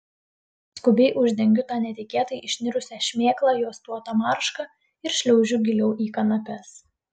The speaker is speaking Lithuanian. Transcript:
skubiai uždengiu tą netikėtai išnirusią šmėklą juostuota marška ir šliaužiu giliau į kanapes